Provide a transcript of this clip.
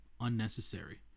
unnecessary